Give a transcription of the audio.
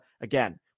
Again